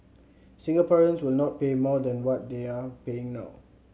Singaporeans will not pay more than what they are paying now